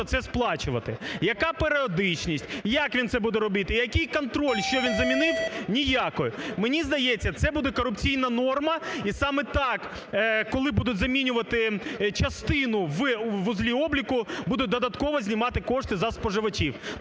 це сплачувати. Яка періодичність, як він це буде робити, який контроль, що він замінив – ніякого. Мені здається, це буде корупційна норма. І саме так, коли будуть замінювати частину в вузлі обліку, будуть додатково знімати кошти зі споживачів.